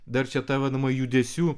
dar čia ta vadinama judesių